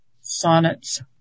Sonnets